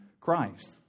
Christ